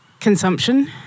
Consumption